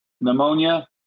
pneumonia